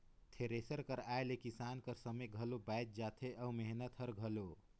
thresher कर आए ले किसान कर समे घलो बाएच जाथे अउ मेहनत हर घलो